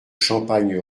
champagne